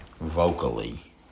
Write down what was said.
vocally